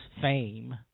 fame